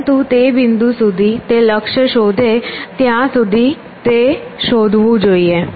પરંતુ તે બિંદુ સુધી તે લક્ષ્ય શોધે ત્યાં સુધી તે શોધવું જોઈએ